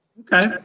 Okay